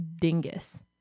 dingus